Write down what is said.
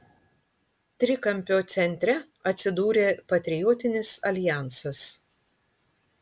trikampio centre atsidūrė patriotinis aljansas